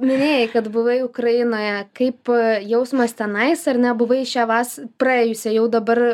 minėjai kad buvai ukrainoje kaip jausmas tenais ar ne buvai šią vas praėjusią jau dabar